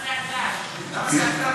מטילים עונש מרבי?